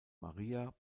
maria